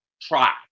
try